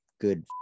good